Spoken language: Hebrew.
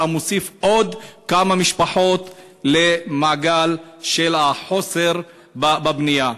אתה מוסיף עוד כמה משפחות למעגל החוסר בבנייה.